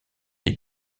est